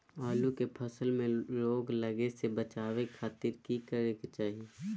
आलू के फसल में रोग लगे से बचावे खातिर की करे के चाही?